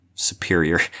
superior